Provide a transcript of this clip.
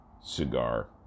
Cigar